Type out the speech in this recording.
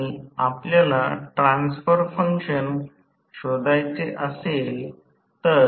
तर कधीकधी अंकीय सोडवण्यासाठी हे आवश्यक असेल